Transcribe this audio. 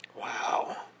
Wow